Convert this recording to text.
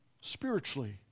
spiritually